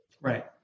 Right